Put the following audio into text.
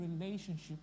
relationship